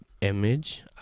image